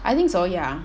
I think so ya